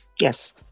Yes